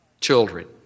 children